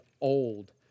old